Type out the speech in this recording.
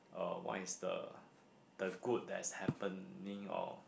uh what is the the good that's happening or